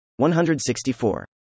164